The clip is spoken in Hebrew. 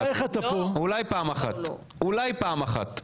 אולי פעם אחת.